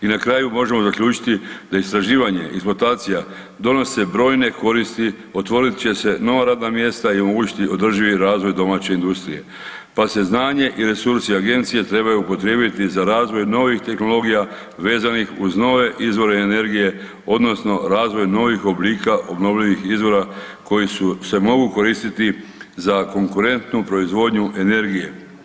I na kraju možemo zaključiti da istraživanje i eksploatacija donose brojne koristi, otvorit će se nova radna mjesta i omogućiti održivi razvoj domaće industrije pa se znanje i resursi agencije trebaju upotrijebiti za razvoj novih tehnologija vezanih uz nove izvore energije odnosno razvoj novih oblika obnovljivih izvora koji se mogu koristiti za konkurentnu proizvodnju energije.